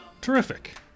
terrific